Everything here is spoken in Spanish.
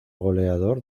goleador